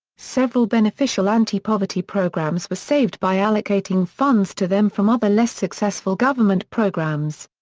several beneficial anti-poverty programs were saved by allocating funds to them from other less-successful government programs.